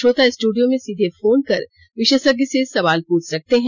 श्रोता स्ट्रडियो में सीधे फोन कर विशेषज्ञ से सवाल पूछ सकते हैं